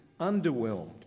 underwhelmed